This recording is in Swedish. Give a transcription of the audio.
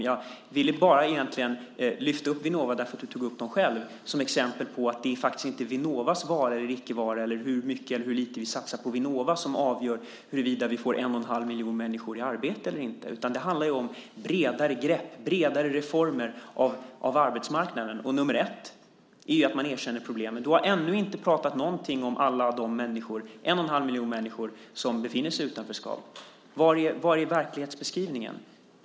Jag ville egentligen bara lyfta upp Vinnova därför att du tog upp dem själv, som ett exempel på att det faktiskt inte är Vinnovas vara eller inte vara eller hur mycket eller lite vi satsar på Vinnova som avgör huruvida vi får 1 1⁄2 miljon människor i arbete eller inte. Det handlar ju om bredare grepp och reformer av arbetsmarknaden. Nummer ett är ju att man erkänner problemen. Marie Engström, du har ännu inte pratat någonting om alla de människor, 1 1⁄2 miljon människor, som befinner sig i utanförskap. Var är verklighetsbeskrivningen?